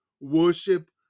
worship